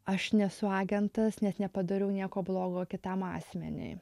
aš nesu agentas net nepadariau nieko blogo kitam asmeniui